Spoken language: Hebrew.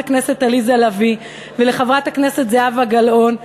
הכנסת עליזה לביא ולחברת הכנסת זהבה גלאון,